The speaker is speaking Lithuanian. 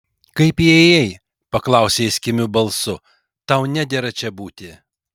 kaip įėjai paklausė jis kimiu balsu tau nedera čia būti